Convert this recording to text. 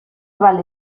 vale